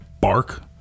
bark